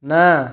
ନାଁ